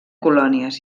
colònies